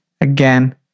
again